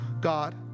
God